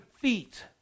feet